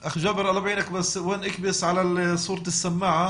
ג'אבר, אנחנו שומעים אותך,